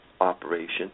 operation